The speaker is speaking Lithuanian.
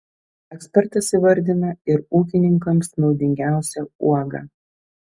ekspertas įvardina ir ūkininkams naudingiausią uogą